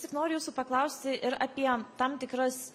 tik noriu jūsų paklausti ir apie tam tikras